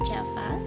Java